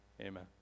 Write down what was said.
Amen